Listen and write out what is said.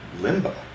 limbo